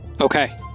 Okay